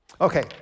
Okay